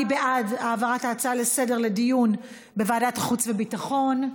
מי בעד העברת ההצעה לסדר-היום לדיון בוועדת חוץ וביטחון?